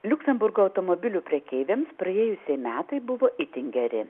liuksemburgo automobilių prekeiviams praėjusieji metai buvo itin geri